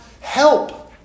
help